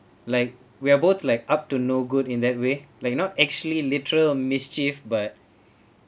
like we are both like up to no good in that way like not actually literal mischief but